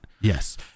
Yes